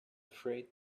freight